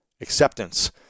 acceptance